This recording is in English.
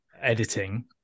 editing